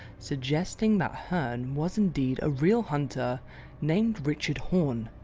suggesting that herne was indeed a real hunter named richard horne.